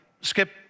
Skip